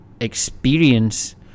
experience